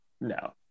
No